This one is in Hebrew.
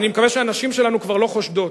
אני מקווה שהנשים שלנו עוד לא חושדות.